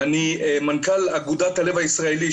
אני מנכ"ל אגודת הלב הישראלי,